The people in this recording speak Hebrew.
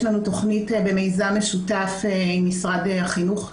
יש לנו תכנית במיזם משותף עם משרד החינוך,